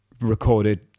recorded